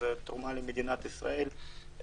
זו תרומה למדינת ישראל,